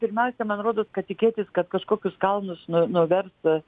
pirmiausia man rodos kad tikėtis kad kažkokius kalnus nu nuvers